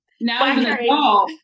now